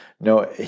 No